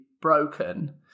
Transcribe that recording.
broken